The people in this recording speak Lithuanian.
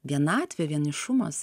vienatvė vienišumas